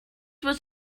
was